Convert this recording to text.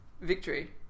victory